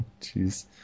Jeez